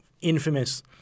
infamous